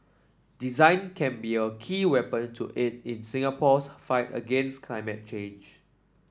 design can be a key weapon to aid in Singapore's fight against climate change